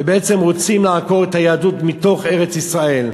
ובעצם רוצים לעקור את היהדות מתוך ארץ-ישראל,